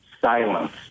silence